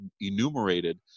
enumerated